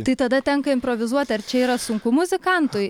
tai tada tenka improvizuot ar čia yra sunku muzikantui